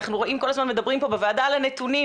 כל הזמן מדברים פה בוועדה על הנתונים,